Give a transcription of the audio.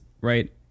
right